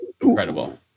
incredible